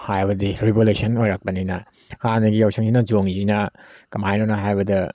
ꯍꯥꯏꯕꯗꯤ ꯔꯤꯕꯣꯂꯨꯁꯟ ꯑꯣꯏꯔꯛꯄꯅꯤꯅ ꯍꯥꯟꯅꯒꯤ ꯌꯥꯎꯁꯪꯁꯤꯅ ꯆꯣꯡꯂꯤꯁꯤꯅ ꯀꯃꯥꯏꯅꯅꯣ ꯍꯥꯏꯕꯗ